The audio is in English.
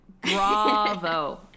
bravo